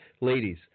Ladies